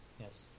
Yes